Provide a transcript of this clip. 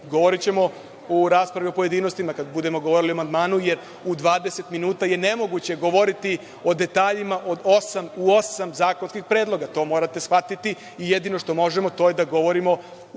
govorićemo u raspravi o pojedinostima kada budemo govorili o amandmanima, jer u 20 minuta je nemoguće govoriti o detaljima u osam zakonskih predloga. To morate shvatiti. Jednino što možemo, to je da govorimo uopšteno